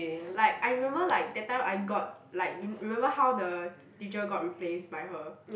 like I remember like that time I got like re~ remember how the teacher got replaced by her